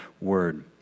word